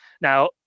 Now